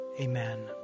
amen